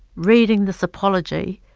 reading this apology,